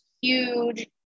huge